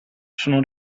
sono